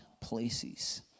places